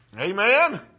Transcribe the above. Amen